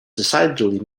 decidedly